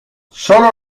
solo